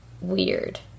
weird